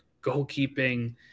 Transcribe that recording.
goalkeeping